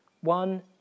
One